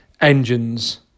engines